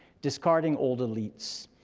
discarding old elites,